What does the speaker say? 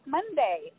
Monday